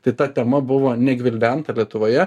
tai ta tema buvo negvildenta lietuvoje